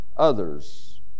Others